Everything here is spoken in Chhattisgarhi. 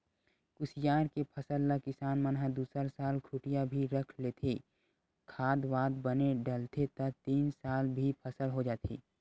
कुसियार के फसल ल किसान मन ह दूसरा साल खूटिया भी रख लेथे, खाद वाद बने डलथे त तीन साल भी फसल हो जाथे